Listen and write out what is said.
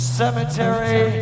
cemetery